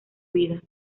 vida